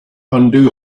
undo